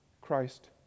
Christ